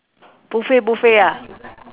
buffet buffet ah